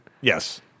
Yes